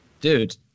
Dude